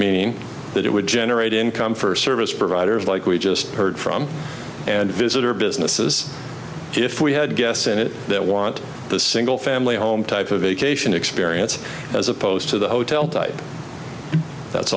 mean that it would generate income for service providers like we just heard from and visitor businesses if we had guests in it that want the single family home type of vacation experience as opposed to the hotel type that's